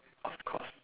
of course